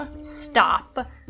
stop